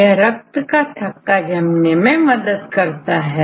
यह रक्त का थक्का जमने में मदद करता है